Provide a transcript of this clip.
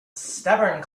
stubborn